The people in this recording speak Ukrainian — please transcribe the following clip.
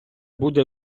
буде